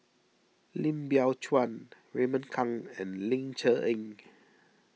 Lim Biow Chuan Raymond Kang and Ling Cher Eng